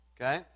Okay